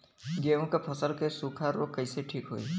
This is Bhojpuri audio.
गेहूँक फसल क सूखा ऱोग कईसे ठीक होई?